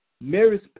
Mary's